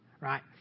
right